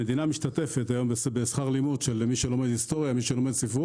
המדינה משתתפת היום בשכר הלימוד של מי שלומד היסטוריה או ספרות,